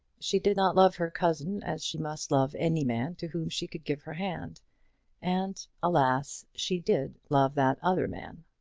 she did not love her cousin as she must love any man to whom she could give her hand and, alas! she did love that other man.